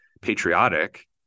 patriotic